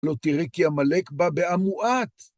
לא תראי כי עמלק בא בעמועת.